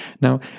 Now